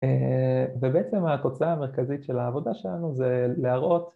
‫ובעצם התוצאה המרכזית ‫של העבודה שלנו זה להראות...